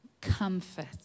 Comfort